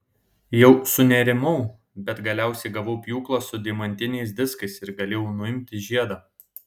jau sunerimau bet galiausiai gavau pjūklą su deimantiniais diskais ir galėjau nuimti žiedą